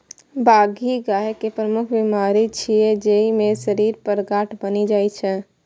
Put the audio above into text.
बाघी गाय के प्रमुख बीमारी छियै, जइमे शरीर पर गांठ बनि जाइ छै